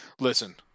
Listen